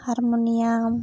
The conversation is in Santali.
ᱦᱟᱨᱢᱳᱱᱤᱭᱟᱢ